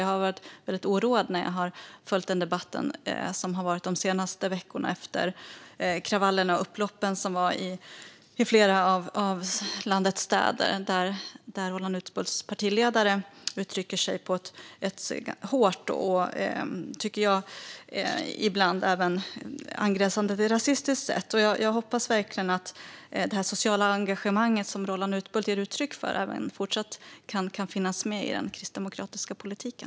Jag har varit väldigt oroad när jag har följt den debatt som har varit de senaste veckorna efter kravallerna och upploppen i flera av landets städer, där Roland Utbults partiledare uttrycker sig på ett hårt och, tycker jag, ett ibland angränsande till rasistiskt sätt. Det sociala engagemang som Roland Utbult ger uttryck för hoppas jag även fortsatt kan finnas med i den kristdemokratiska politiken.